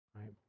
right